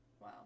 Wow